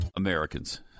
Americans